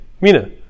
Mina